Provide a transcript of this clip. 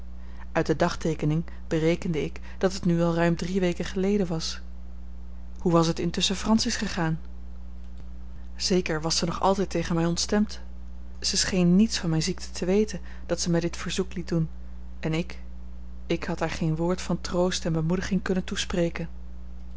uit de dagteekening berekende ik dat het nu al ruim drie weken geleden was hoe was het intusschen francis gegaan zeker was zij nog altijd tegen mij ontstemd zij scheen niets van mijne ziekte te weten dat zij mij dit verzoek liet doen en ik ik had haar geen woord van troost en bemoediging kunnen toespreken